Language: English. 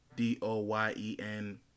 d-o-y-e-n